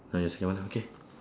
uh ya second one ah okay